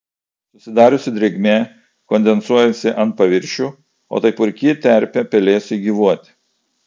susidariusi drėgmė kondensuojasi ant paviršių o tai puiki terpė pelėsiui gyvuoti